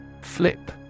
Flip